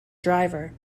driver